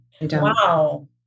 wow